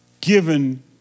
given